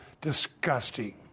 disgusting